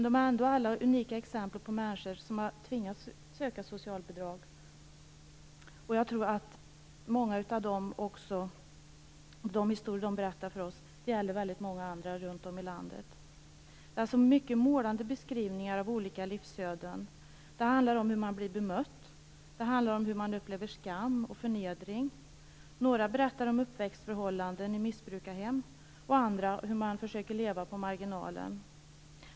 De är ändå alla unika exempel på människor som har tvingats söka socialbidrag. Jag tror också att de historier de berättar för oss gäller väldigt många andra runt om i landet. Det är alltså mycket målande beskrivningar av olika livsöden. Det handlar om hur man blir bemött. Det handlar om hur man upplever skam och förnedring. Några berättar om uppväxtförhållanden i missbrukarhem och andra om hur man försöker leva på marginalen.